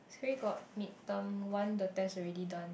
three got mid term one the test already done